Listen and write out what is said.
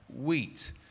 wheat